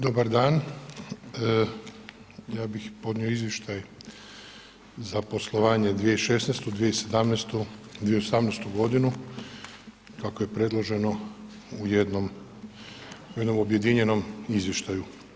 Dobar dan, ja bih podnio izvještaj za poslovanje 2016., 2017. i 2018. godinu kako je predloženo u jednom objedinjenom izvještaju.